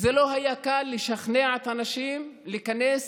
זה לא היה קל לשכנע את האנשים להיכנס